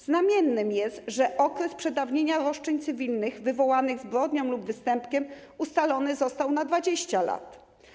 Znamienne jest, że okres przedawnienia roszczeń cywilnych wywołanych zbrodnią lub występkiem ustalony został na 20 lat.